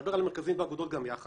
שנדבר על המרכזים ועל האגודות גם יחד